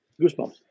Goosebumps